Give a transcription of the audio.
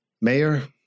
Mayor